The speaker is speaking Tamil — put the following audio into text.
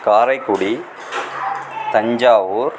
காரைக்குடி தஞ்சாவூர்